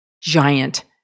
giant